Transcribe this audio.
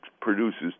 produces